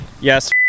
Yes